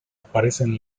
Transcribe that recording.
aparecen